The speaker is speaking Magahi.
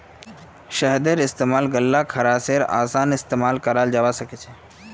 शहदेर इस्तेमाल स गल्लार खराशेर असान इलाज कराल जबा सखछे